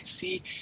see